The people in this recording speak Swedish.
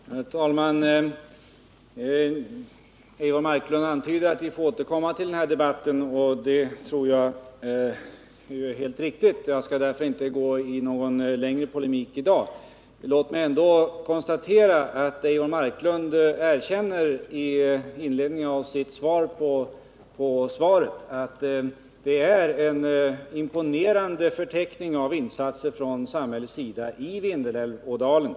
Herr talman! Eivor Marklund antyder att vi får återkomma till den här debatten. Det tror jag är helt riktigt, och jag skall därför inte gå in i någon längre polemik i dag. Men låt mig ändå konstatera att Eivor Marklund i inledningen till sitt tack för frågesvaret sade att det är en imponerande förteckning av insatser från samhällets sida som gjorts i Vindelådalen.